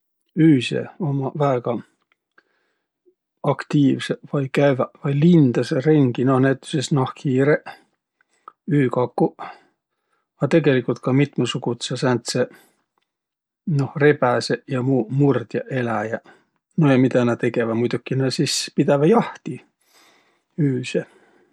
Üüse ummaq väega aktiivsõq vai kääväq vai lindasõq ringi no näütüses nahkhiireq, üükakuq, a tegeligult ka mitmõsugudsõq sääntseq, noh, rebäseq ja muuq murdjaq eläjäq. No ja midä nä tegeväq? Muidoki nä sis pidäväq jahti üüse.